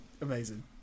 amazing